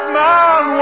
man